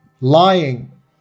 Lying